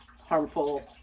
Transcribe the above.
harmful